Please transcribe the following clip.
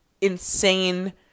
insane